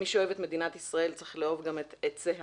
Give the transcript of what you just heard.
מי שאוהב את מדינת ישראל, צריך לאהוב גם את עציה